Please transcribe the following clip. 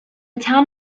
town